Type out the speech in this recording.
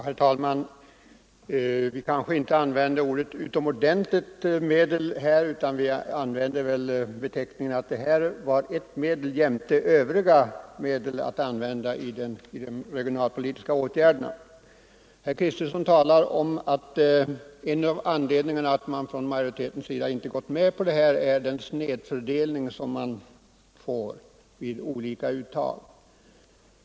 Herr talman! Vi har inte använt uttrycket ”utomordenligt medel”, utan vi har sagt att detta är ert medel jämte övriga att använda i regionalpolitiskt syfte. Herr Kristenson säger att en av anledningarna till att majoriteten inte tillstyrkt motionsförslaget är den snedfördelning som uppstår vid olika uttag.